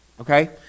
Okay